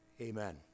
Amen